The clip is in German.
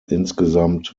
insgesamt